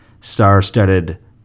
star-studded